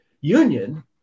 Union